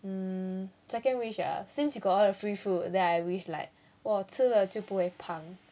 mm second wish ah since you got all the free food then I wish like 我吃了就不会胖